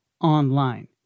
online